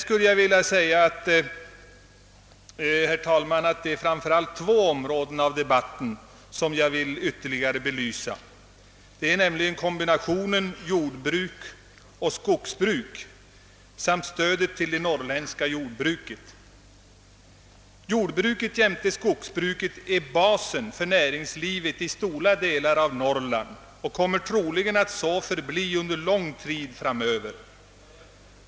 Det är framför allt två områden som jag för min del vill belysa, nämligen kombinationen jordbruk-skogsbruk samt stödet till det norrländska jordbruket. Jordbruket jämte skogsbruket är basen för näringslivet i stora delar av Norrland och kommer troligen att så förbli under lång tid framöver.